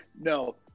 No